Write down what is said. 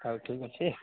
ହଉ ଠିକ୍ ଅଛି